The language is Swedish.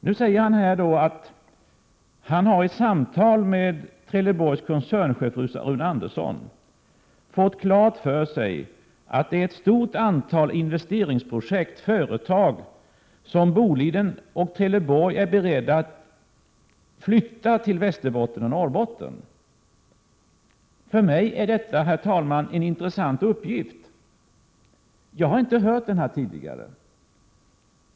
Han säger nu att han i samtal med Trelleborgs koncernchef Rune Andersson har fått klart för sig att det är ett stort antal investeringsprojekt och företag som Boliden och Trelleborg är beredda att flytta till Västerbotten och Norrbotten. För mig, herr talman, är detta en intressant uppgift. Jag har inte hört den tidigare.